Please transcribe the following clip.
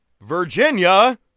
virginia